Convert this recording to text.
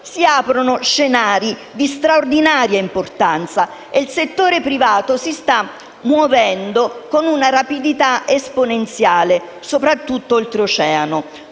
Si aprono scenari di straordinaria importanza e il settore privato si sta muovendo con una rapidità esponenziale, soprattutto Oltreoceano.